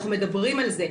אנחנו מדברים על זה.